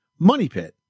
MONEYPIT